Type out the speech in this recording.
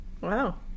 Wow